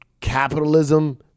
capitalism